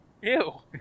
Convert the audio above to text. Ew